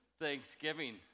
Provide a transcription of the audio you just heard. Thanksgiving